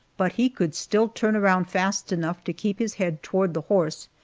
but he could still turn around fast enough to keep his head toward the horse,